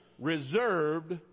reserved